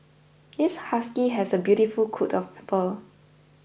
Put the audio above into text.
this husky has a beautiful coat of fur